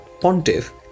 Pontiff